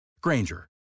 Granger